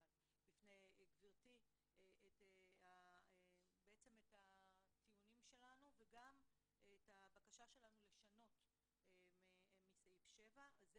גבירתי את הטיעונים שלנו וגם את הבקשה שלנו לשנות מסעיף 7. זה